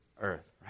earth